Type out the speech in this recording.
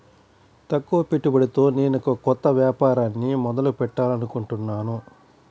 తక్కువ పెట్టుబడితో నేనొక కొత్త వ్యాపారాన్ని మొదలు పెట్టాలనుకుంటున్నాను